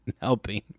helping